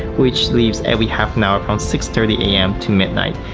which leaves every half and hour from six thirty am to midnight.